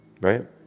right